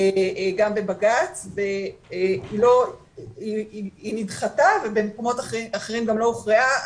גם בבג"ץ והיא נדחתה ובמקומות אחרים גם לא הוכרעה,